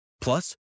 Plus